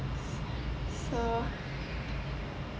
uh